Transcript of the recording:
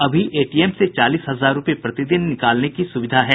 अभी एटीएम से चालीस हजार रूपये प्रतिदिन निकालने की सुविधा है